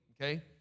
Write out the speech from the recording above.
okay